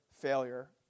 failure